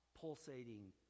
pulsating